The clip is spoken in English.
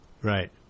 right